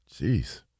jeez